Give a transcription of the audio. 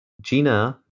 Gina